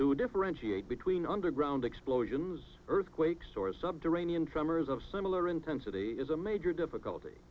to differentiate between underground explosions earthquakes or sub to rein in tremors of similar intensity is a major difficulty